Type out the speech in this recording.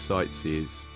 Sightseers